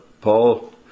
Paul